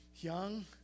young